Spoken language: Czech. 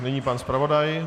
Nyní pan zpravodaj.